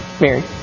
Mary